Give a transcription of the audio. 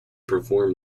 perform